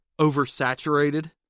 oversaturated